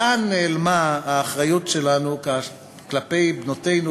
לאן נעלמה האחריות שלנו כלפי בנותינו